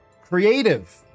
Creative